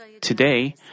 Today